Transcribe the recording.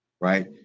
right